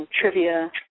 trivia